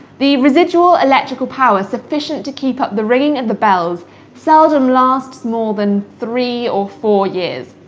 the residual electrical power sufficient to keep up the ringing of the bells seldom lasts more than three or four years.